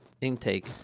intake